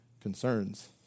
concerns